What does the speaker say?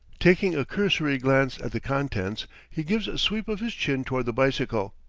taking a cursory glance at the contents, he gives a sweep of his chin toward the bicycle,